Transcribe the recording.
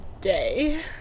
day